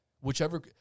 whichever